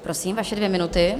Prosím, vaše dvě minuty.